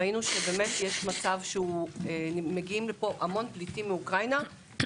ראינו שיש מצב שמגיעים לפה המון פליטים מאוקראינה,